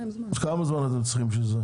כמה זמן אתם צריכים בשביל זה?